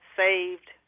saved